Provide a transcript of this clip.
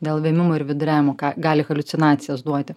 dėl vėmimo ir viduriavimo ką gali haliucinacijas duoti